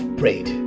prayed